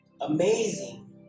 amazing